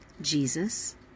Jesus